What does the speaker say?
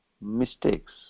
mistakes